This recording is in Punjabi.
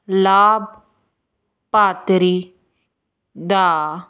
ਲਾਭਪਾਤਰੀ ਦਾ